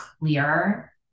clear